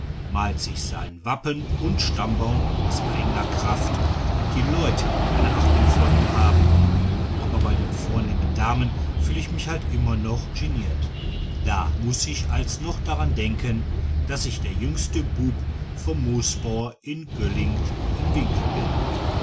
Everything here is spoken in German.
malt sich sein wappen und stammbaum aus eigener kraft daß die leut eine achtung vor ihm haben aber bei den vornehmen damen fühl ich mich halt immer noch geniert da muß ich als noch daran denken daß ich der jüngste bub vom moosbauer in gölling im winkel bin